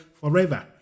forever